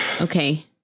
Okay